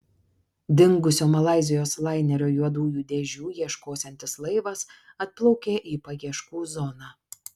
dingusio malaizijos lainerio juodųjų dėžių ieškosiantis laivas atplaukė į paieškų zoną